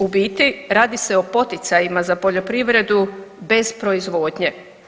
U biti, radi se o poticajima za poljoprivredu bez proizvodnje.